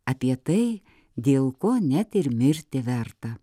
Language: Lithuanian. apie tai dėl ko net ir mirti verta